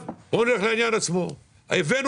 כבר הבאנו